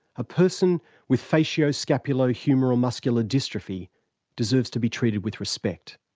a person with facio-scapulo humeral muscular dystrophy deserves to be treated with respect.